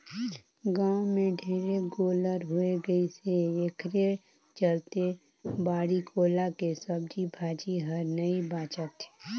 गाँव में ढेरे गोल्लर होय गइसे एखरे चलते बाड़ी कोला के सब्जी भाजी हर नइ बाचत हे